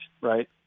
right